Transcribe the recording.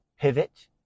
pivot